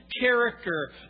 character